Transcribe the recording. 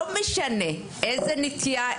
לא משנה מאיזו נטייה,